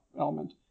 element